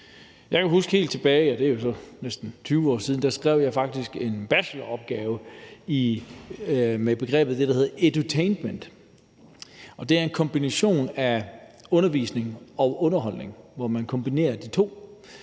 Jeg kan huske helt tilbage til, ja, det er jo så næsten 20 år siden, da jeg faktisk skrev en bacheloropgave om det begreb, der hedder edutainment, og det er en kombination af undervisning og underholdning, hvor man netop